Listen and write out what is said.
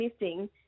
missing